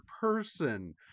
person